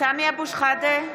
סמי אבו שחאדה,